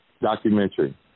documentary